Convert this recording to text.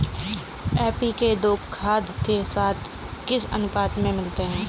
NPK को खाद के साथ किस अनुपात में मिलाते हैं?